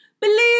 Believe